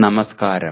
നമസ്കാരം